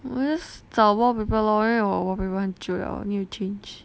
我 just 找 wallpaper lor 因为我 wallpaper 很旧 liao need to change